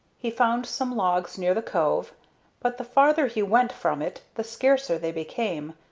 he found some logs near the cove but the farther he went from it the scarcer they became,